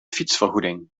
fietsvergoeding